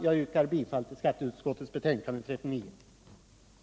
Jag yrkar bifall till skatteutskottets hemställan i dess betänkande nr 39.